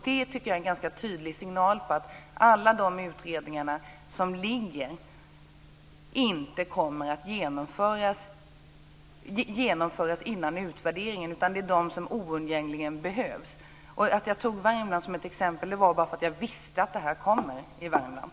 Det tycker jag är en ganska tydlig signal om att alla de utredningar som ligger inte kommer att genomföras innan utvärderingen, utan att det bara är de som oundgängligen behövs. Att jag tog Värmland som exempel var för att jag visste att det blir en utvärdering i Värmland.